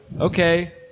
okay